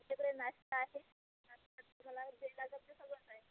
आमच्याकडे नाश्ता आहे नंतर तुम्हाला जे लागेल ते सगळंच आहे